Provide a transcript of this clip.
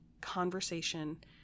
conversation